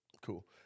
Cool